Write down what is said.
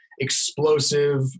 explosive